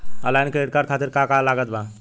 Online credit card खातिर का का लागत बा?